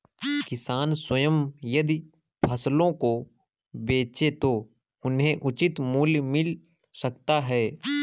किसान स्वयं यदि फसलों को बेचे तो उन्हें उचित मूल्य मिल सकता है